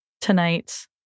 tonight